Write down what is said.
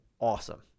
awesome